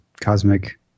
cosmic